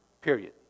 Period